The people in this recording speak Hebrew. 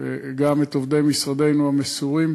וגם את עובדי משרדנו המסורים,